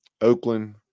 Oakland